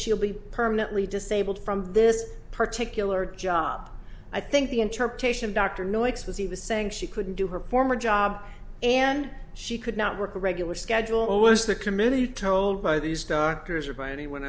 she'll be permanently disabled from this particular job i think the interpretation dr noice was he was saying she couldn't do her former job and she could not work a regular schedule was the committee told by these doctors or by anyone